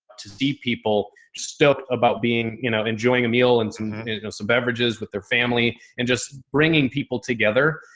to see people still about being, you know, enjoying a meal and some, you know, some beverages with their family and just bringing people together.